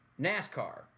NASCAR